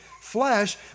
flesh